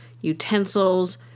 utensils